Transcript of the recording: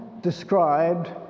described